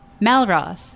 Malroth